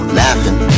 laughing